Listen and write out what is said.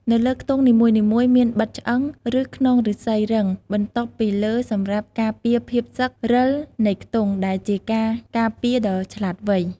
នៅលើខ្ទង់នីមួយៗ មានបិទឆ្អឹង ឬខ្នងឫស្សីរឹងបន្តុបពីលើសម្រាប់ការពារភាពសឹក រឹលនៃខ្ទង់ ដែលជាការការពារដ៏ឆ្លាតវៃ។